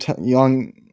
young